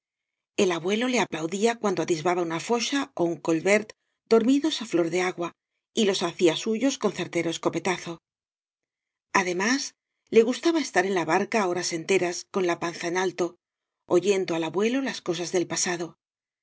el abuelo le aplaudía cuando atisbaba una focha ó un collvért dormidos á flor de agua y los hacia suyos con certero escopetazo además le gustaba estar en la barca horas enteras con la panza en alto oyendo al abuelo las cosas del pasado